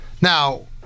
Now